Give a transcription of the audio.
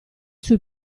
sui